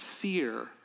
fear